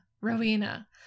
Rowena